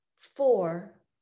four